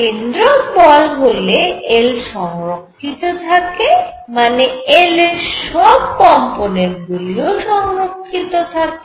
কেন্দ্রক বল হলে L সংরক্ষিত থাকে মানে L এর সব কম্পোনেন্টগুলি ও সংরক্ষিত থাকে